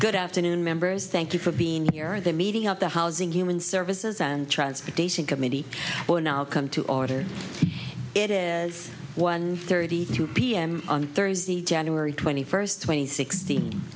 good afternoon members thank you for being here the meeting of the housing human services and transportation committee now come to order it is one thirty two p m on thursday january twenty first twenty six